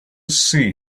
see